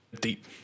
deep